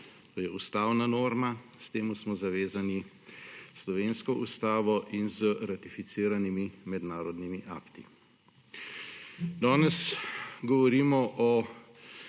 To je ustavna norma, s tem smo zavezani s slovensko ustavo in z ratificiranimi mednarodnimi akti. Danes govorimo o